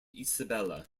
isabella